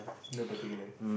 nobody leh